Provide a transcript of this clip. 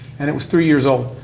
and it was three years old.